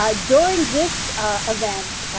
ah during this event,